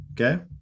okay